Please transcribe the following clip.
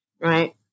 right